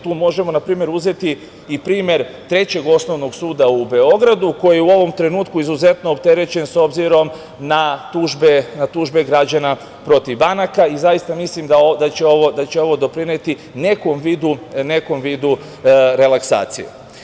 Tu možemo uzeti i primer trećeg osnovnog suda u Beogradu, koji je u ovom trenutku izuzetno opterećen, s obzirom na tužbe građana protiv banaka i zaista mislim da će ovo doprineti nekom vidu relaksacije.